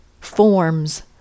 forms